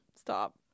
Stop